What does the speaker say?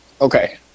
Okay